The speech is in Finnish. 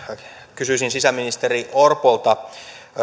kysyisin sisäministeri orpolta